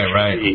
right